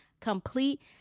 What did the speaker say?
complete